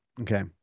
Okay